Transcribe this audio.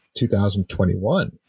2021